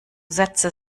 sätze